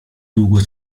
długo